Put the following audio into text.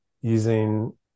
using